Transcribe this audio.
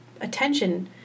attention